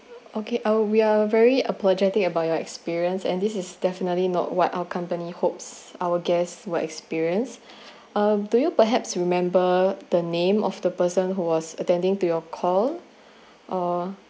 okay our we're very apologetic about your experience and this is definitely not what our company hopes our guests will experience um do you perhaps remember the name of the person who was attending to your call uh